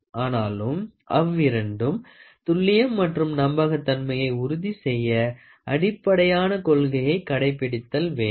ஆனாலும் அவ்விரண்டும் துல்லியம் மற்றும் நம்பகத்தன்மையை உறுதி செய்ய அடிப்படையான கொள்கையயை கடைப்பிடித்தல் வேண்டும்